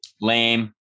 Lame